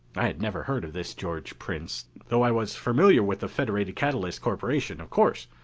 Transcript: i had never heard of this george prince, though i was familiar with the federated catalyst corporation, of course.